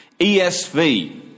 ESV